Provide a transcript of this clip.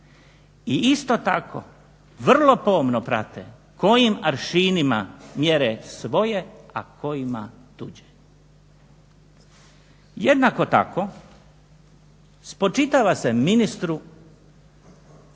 I isto tako vrlo pomno prate kojim aršinima mjere svoje, a kojima tuđe. Jednako tako spočitava se ministru nešto